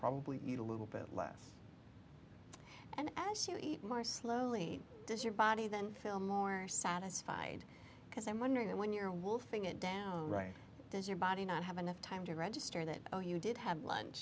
probably eat a little bit less and as you eat more slowly does your body then feel more satisfied because i'm wondering when you're wolfing it down right does your body not have enough time to register that oh you did have lunch